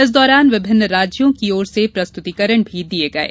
इस दौरान विभिन्न राज्यों की ओर से प्रस्तुतिकरण भी दिये गये